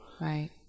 right